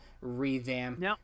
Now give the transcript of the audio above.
revamp